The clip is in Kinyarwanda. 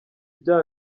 bya